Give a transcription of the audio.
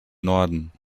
norden